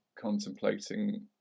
contemplating